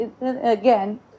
again